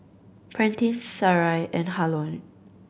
Prentice Sarai and